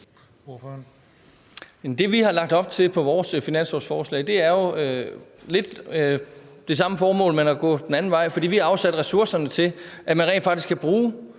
Det, vi har lagt op til i vores finanslovsforslag, er jo med lidt med det samme formål, men ad en anden vej. For vi har afsat ressourcer til, at man rent faktisk kan bruge